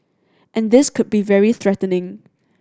and this could be very threatening